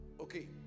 Okay